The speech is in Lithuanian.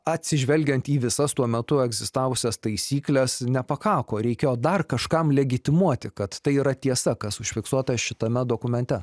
atsižvelgiant į visas tuo metu egzistavusias taisykles nepakako reikėjo dar kažkam legitimuoti kad tai yra tiesa kas užfiksuota šitame dokumente